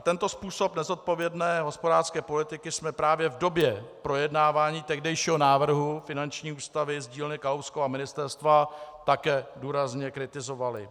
Tento způsob nezodpovědné hospodářské politiky jsme právě v době projednávání tehdejšího návrhu finanční ústavy z dílny Kalouskova ministerstva také důrazně kritizovali.